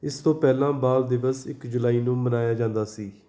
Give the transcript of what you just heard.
ਇਸ ਤੋਂ ਪਹਿਲਾਂ ਬਾਲ ਦਿਵਸ ਇੱਕ ਜੁਲਾਈ ਨੂੰ ਮਨਾਇਆ ਜਾਂਦਾ ਸੀ